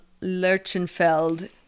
Lurchenfeld